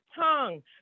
tongue